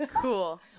cool